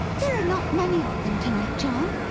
there are not many of them to-night, john,